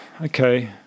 okay